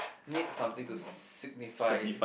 need something to signify